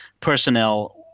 personnel